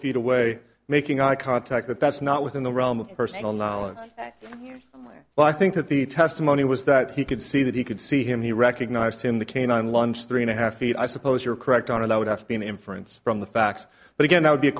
feet away making eye contact but that's not within the realm of personal knowledge here well i think that the testimony was that he could see that he could see him he recognized him the cane on lunch three and a half feet i suppose you're correct on and i would have to be an inference from the facts but again i would be a